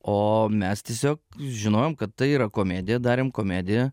o mes tiesiog žinojom kad tai yra komedija darėm komediją